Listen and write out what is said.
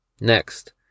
Next